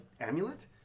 amulet